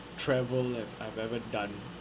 travel I've I've ever done